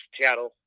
Seattle